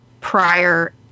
prior